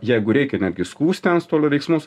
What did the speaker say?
jeigu reikia netgi skųsti antstolio veiksmus